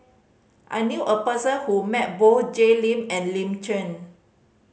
I knew a person who met both Jay Lim and Lin Chen